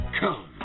come